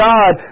God